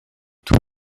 tous